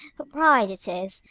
for pride it is,